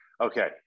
Okay